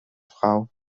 frau